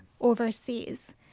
overseas